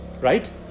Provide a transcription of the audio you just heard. Right